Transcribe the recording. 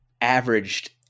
averaged